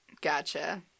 Gotcha